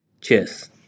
Cheers